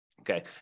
okay